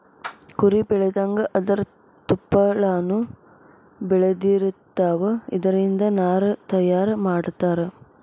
ಕುರಿ ಬೆಳದಂಗ ಅದರ ತುಪ್ಪಳಾನು ಬೆಳದಿರತಾವ, ಇದರಿಂದ ನಾರ ತಯಾರ ಮಾಡತಾರ